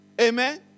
Amen